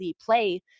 play